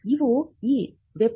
ನೀವು ಈ web link www